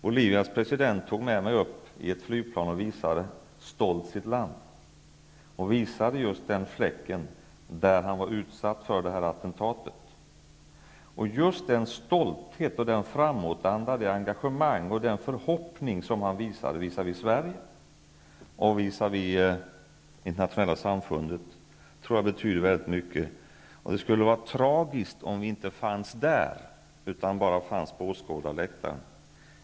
Bolivias president tog med mig upp i ett flygplan och visade stolt sitt land och även just den plats där han utsattes för attentatet. Just den stolthet, den framåtanda, det engagemang och den förhoppning som han visade visavi Sverige och visavi det internationella samfundet tror jag betyder väldigt mycket. Det skulle vara tragiskt om vi inte fanns där utan bara fanns på åskådarläktaren.